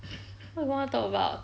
what we going to talk about